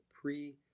pre